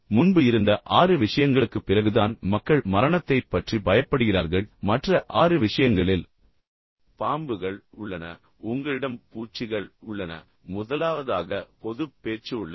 முன்பு இருந்த ஆறு விஷயங்களுக்கு பிறகுதான் மக்கள் மரணத்தைப் பற்றி பயப்படுகிறார்கள் மற்ற ஆறு விஷயங்களில் பாம்புகள் உள்ளன உங்களிடம் பூச்சிகள் உள்ளன முதலாவதாக பொதுப் பேச்சு உள்ளது